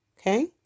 Okay